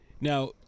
Now